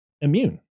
immune